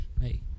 Hey